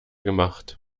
gemacht